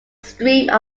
stream